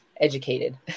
educated